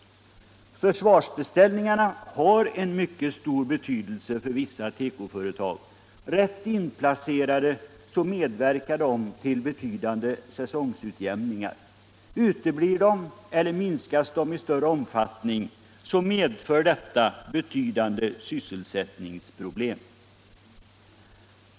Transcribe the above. Försvarsbeställningarna har mycket stor betydelse för vissa tekoföretag. Rätt inplacerade medverkar de till betydande säsongsutjämningar. Uteblir de eller minskas de i större omfattning, medför detta betydande sysselsättningsproblem.